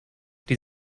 die